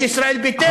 יש ישראל ביתנו,